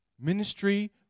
Ministry